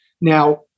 Now